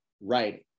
writing